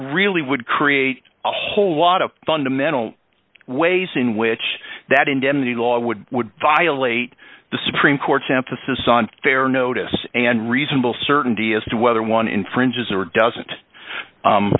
really would create a whole lot of fundamental ways in which that indemnity law would would violate the supreme court's emphasis on fair notice and reasonable certainty as to whether one infringes or doesn't